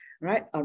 right